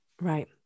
Right